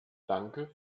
danke